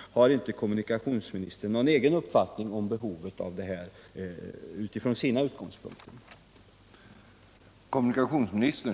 — har inte kommunikationsministern någon uppfattning om behovet av sådan kommunikationsradio utifrån sina egna utgångspunkter? Om kommunikationsradio på fjärrtåg